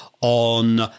on